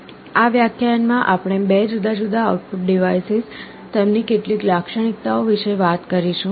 આ વ્યાખ્યાન માં આપણે 2 જુદા જુદા આઉટપુટ ડિવાઇસીસ તેમની કેટલીક લાક્ષણિકતાઓ વિશે વાત કરીશું